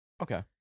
Okay